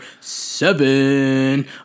seven